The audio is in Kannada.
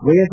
ವೈಎಸ್